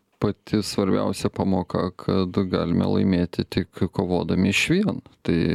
pati svarbiausia pamoka kad galime laimėti tik kovodami išvien tai